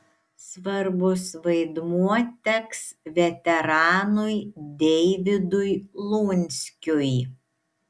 svarbus vaidmuo teks veteranui deivydui lunskiui